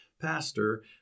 pastor